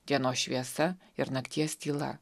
dienos šviesa ir nakties tyla